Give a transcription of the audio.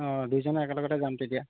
অঁ দুয়োজনে একেলগতে যাম তেতিয়া